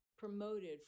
promoted